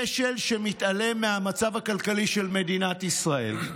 כשל שמתעלם מהמצב הכלכלי של מדינת ישראל.